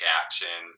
action